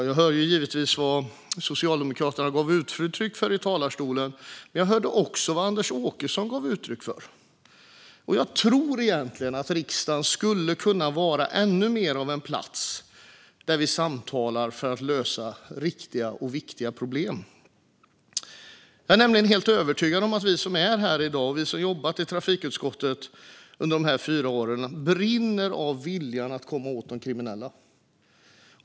Jag hörde givetvis vad Socialdemokraterna gav uttryck för i talarstolen, men jag hörde också vad Anders Åkesson gav uttryck för. Jag tror egentligen att riksdagen skulle kunna vara ännu mer av en plats där vi samtalar för att lösa riktiga och viktiga problem. Jag är nämligen helt övertygad om att alla som är här i dag, och alla som har jobbat i trafikutskottet under de här fyra åren, brinner av vilja att komma åt de kriminella.